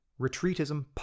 Retreatism